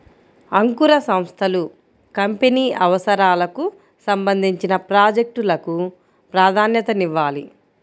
అంకుర సంస్థలు కంపెనీ అవసరాలకు సంబంధించిన ప్రాజెక్ట్ లకు ప్రాధాన్యతనివ్వాలి